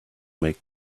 make